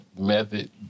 method